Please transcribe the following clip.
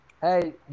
Hey